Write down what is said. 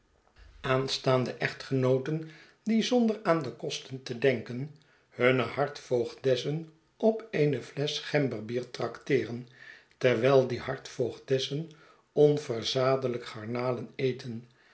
echtgenooten die zonder aan de kosten te denken hunne hartvoogdessen op eene flesch gemberbier trakteeren terwijl die hartvoogdessen onverzadelijk garnalen eten